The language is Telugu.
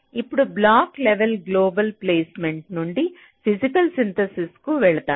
ఇప్పుడు బ్లాక్ లెవెల్ గ్లోబల్ ప్లేస్మెంట్ నుండి ఫిజికల్ సింథసిస్ కు వెళతారు